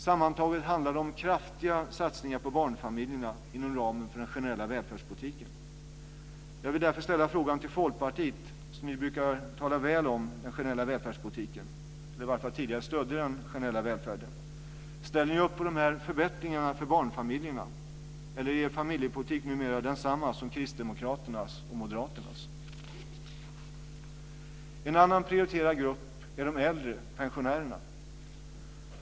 Sammantaget handlar det om kraftiga satsningar på barnfamiljerna inom ramen för den generella välfärdspolitiken. Jag vill därför ställa frågan till Folkpartiet, som ju brukar tala väl om den generella välfärdspolitiken eller i varje fall tidigare stödde den generella välfärden: Ställer ni er bakom de här förbättringarna för barnfamiljerna, eller är er familjepolitik numera densamma som Kristdemokraternas och Moderaternas? En annan prioriterad grupp är de äldre pensionärerna.